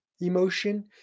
emotion